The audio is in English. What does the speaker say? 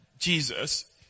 Jesus